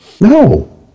No